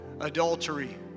adultery